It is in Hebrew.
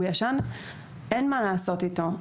הוא ישן ואין מה לעשות איתו.